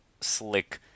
slick